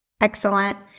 Excellent